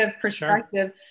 perspective